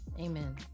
Amen